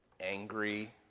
angry